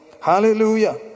Hallelujah